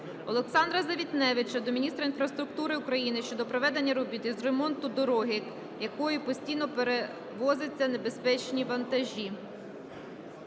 Олександра Завітневича до міністра інфраструктури України щодо проведення робіт із ремонту дороги, якою постійно перевозяться небезпечні вантажі.